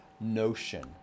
notion